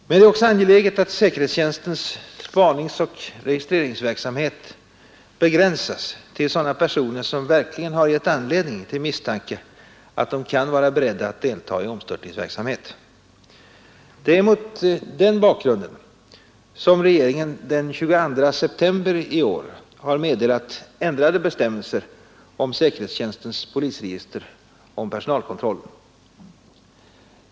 Men det är också angeläget att säkerhetstjänstens spaningsoch registreringsverksamhet begränsas till sådana personer som verkligen har gett anledning till misstanke att de kan vara beredda att delta i omstörtningsverksamhet. Det är mot bakgrunden härav som regeringen den 22 september 1972 har meddelat ändrade bestämmelser om säkerhetstjänstens polisregister och personalkontrollen.